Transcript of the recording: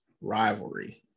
Rivalry